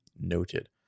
Noted